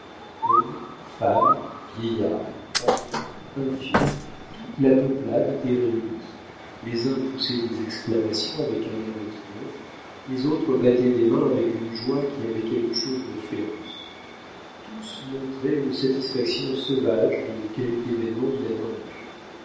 hommes femmes vieillards enfants infirmes toute la peuplade était réunie les uns poussaient des exclamations avec un air de triomphe les autres battaient des mains avec une joie qui avait quelque chose de féroce tous montraient une satisfaction sauvage de quelque événement inattendu